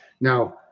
now